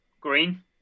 green